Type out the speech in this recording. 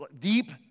deep